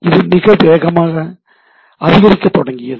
இது மிக வேகமாக அதிகரிக்கத் தொடங்கியது